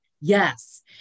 Yes